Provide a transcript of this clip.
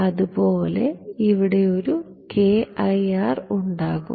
അതുപോലെ ഇവിടെ ഒരു ഉണ്ടാകും